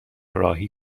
راهی